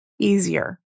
easier